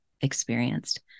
experienced